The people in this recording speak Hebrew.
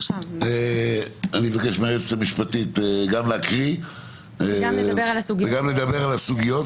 אני מבקש מהיועצת המשפטית גם לקרוא וגם לדבר על הסוגיות,